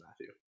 Matthew